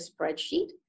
spreadsheet